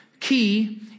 Key